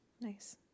Nice